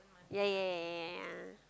yeah yeah yeah yeah yeah yeah